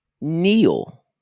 kneel